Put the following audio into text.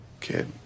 Kid